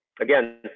again